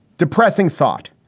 depressing thought,